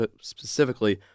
specifically